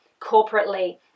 corporately